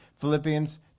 Philippians